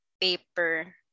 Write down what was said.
paper